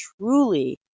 truly